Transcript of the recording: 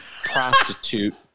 prostitute